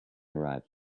arrive